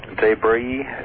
debris